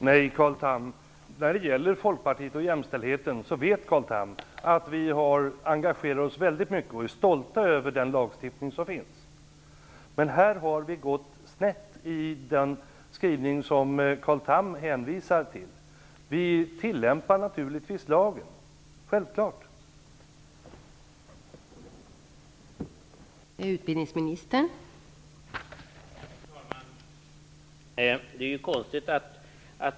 Fru talman! När det gäller Folkpartiet och jämställdheten vet Carl Tham att vi har engagerat oss väldigt mycket och är stolta över den lagstiftning som finns. Men det har gått snett i den skrivning som Carl Tham hänvisar till. Vi tillämpar naturligtvis lagen - det är självklart.